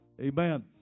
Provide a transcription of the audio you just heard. amen